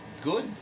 Good